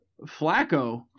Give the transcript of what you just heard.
Flacco